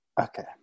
okay